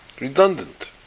Redundant